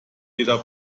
jeder